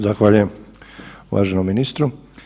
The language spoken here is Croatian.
Zahvaljujem uvaženom ministru.